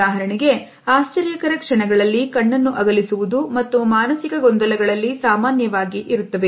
ಉದಾಹರಣೆಗೆ ಆಶ್ಚರ್ಯಕರ ಕ್ಷಣಗಳಲ್ಲಿ ಕಣ್ಣನ್ನು ಅಗಲಿಸುವುದು ಮತ್ತು ಮಾನಸಿಕ ಗೊಂದಲಗಳಲ್ಲಿ ಸಾಮಾನ್ಯವಾಗಿ ಇರುತ್ತವೆ